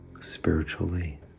spiritually